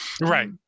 right